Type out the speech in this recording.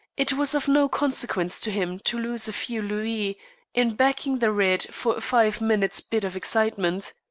it was of no consequence to him to lose a few louis in backing the red for a five minutes' bit of excitement.